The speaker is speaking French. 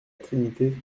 trinité